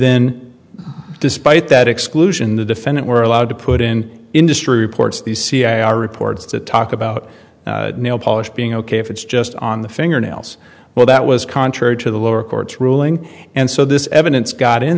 then despite that exclusion the defendant were allowed to put in industry reports the cia or reports to talk about nail polish being ok if it's just on the fingernails well that was contrary to the lower court's ruling and so this evidence got in